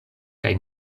kaj